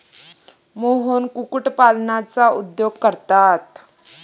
मोहन कुक्कुटपालनाचा उद्योग करतात